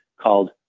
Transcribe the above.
called